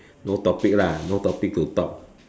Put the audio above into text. no topic lah no topic to talk